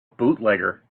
bootlegger